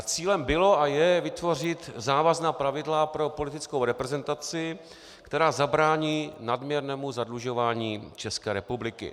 Cílem bylo a je vytvořit závazná pravidla pro politickou reprezentaci, která zabrání nadměrnému zadlužování České republiky.